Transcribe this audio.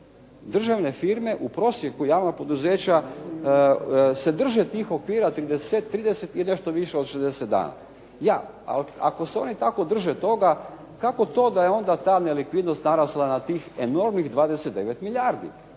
državne firme, u prosjeku javna poduzeća se drže tih okvira 30 i nešto više od 60 dana. Da, ali ako se oni tako drže toga kako to da je onda ta nelikvidnost narasla na tih enormnih 29 milijardi?